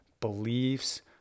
beliefs